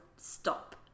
stop